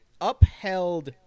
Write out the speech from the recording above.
upheld